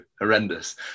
horrendous